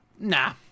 Nah